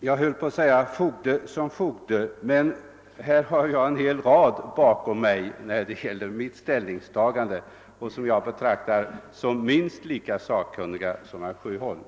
Jag höll på att säga fogde som fogde, men här har jag en hel rad på min sida i mitt ställningstagande, vilka jag betraktar som lika sakkun 'niga som herr Sjöholm.